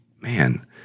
Man